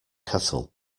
kettle